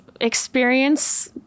experience